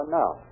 now